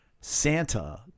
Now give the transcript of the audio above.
Santa